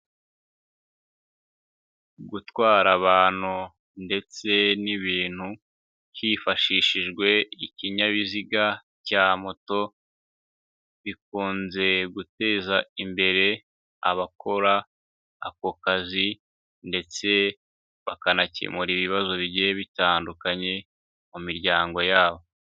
Gutwara abantu ndetse n'ibintu hifashishijwe ikinyabiziga cya moto, bikunze guteza imbere abakora ako kazi ndetse bakanakemura ibibazo bigiye bitandukanye mu miryango yabo.